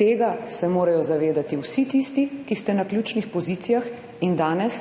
Tega se morajo zavedati vsi tisti, ki ste na ključnih pozicijah in danes